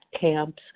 camps